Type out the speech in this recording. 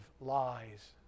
lies